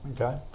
Okay